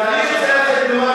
אנחנו הצודקים.